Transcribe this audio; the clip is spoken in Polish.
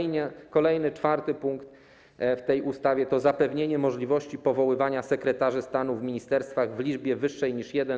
I kolejny, czwarty punkt w tej ustawie, to zapewnienie możliwości powoływania sekretarzy stanów w ministerstwach w liczbie wyższej niż jeden.